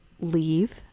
leave